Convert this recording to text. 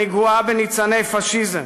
הנגועה בניצני פאשיזם,